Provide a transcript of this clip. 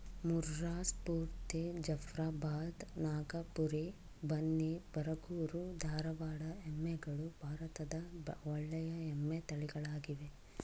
ಮುರ್ರಾ, ಸ್ಪೂರ್ತಿ, ಜಫ್ರಾಬಾದ್, ನಾಗಪುರಿ, ಬನ್ನಿ, ಬರಗೂರು, ಧಾರವಾಡ ಎಮ್ಮೆಗಳು ಭಾರತದ ಒಳ್ಳೆಯ ಎಮ್ಮೆ ತಳಿಗಳಾಗಿವೆ